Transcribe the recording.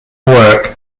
work